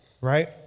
right